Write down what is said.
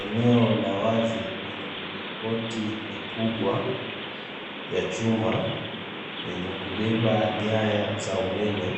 Eneo la wazi lenye milingoti mikubwa ya chuma, yenye kubeba nyanya za umeme,